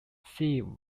see